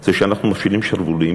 זה שאנחנו מפשילים שרוולים